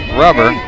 rubber